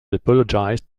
apologized